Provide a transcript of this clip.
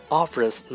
offers